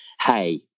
hey